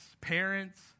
parents